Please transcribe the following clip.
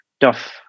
tough